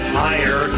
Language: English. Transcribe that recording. higher